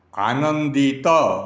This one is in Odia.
ଆନନ୍ଦିତ